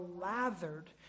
lathered